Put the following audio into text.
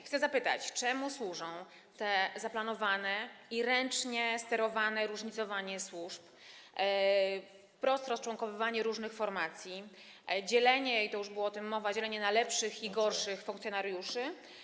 Chcę zapytać, czemu służy to zaplanowane i ręcznie sterowane różnicowanie służb, wprost rozczłonkowywanie różnych formacji, dzielenie - i o tym już tu mówiono - na lepszych i gorszych funkcjonariuszy.